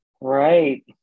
Right